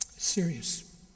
Serious